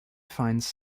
finds